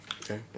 Okay